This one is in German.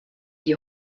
die